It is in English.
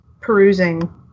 perusing